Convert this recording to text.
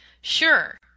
Sure